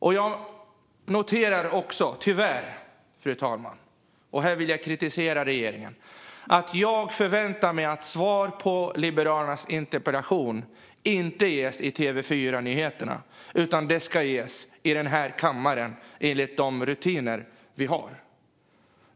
Jag noterar tyvärr, fru talman, och här vill jag kritisera regeringen: Jag förväntar mig att svar på en interpellation från Liberalerna inte ges i TV4-nyheterna. Det ska ges i denna kammare enligt de rutiner vi har.